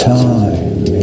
time